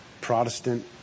Protestant